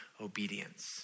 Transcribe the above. obedience